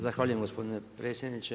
Zahvaljujem gospodine predsjedniče.